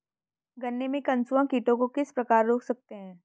गन्ने में कंसुआ कीटों को किस प्रकार रोक सकते हैं?